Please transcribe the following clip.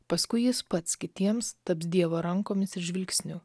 paskui jis pats kitiems taps dievo rankomis ir žvilgsniu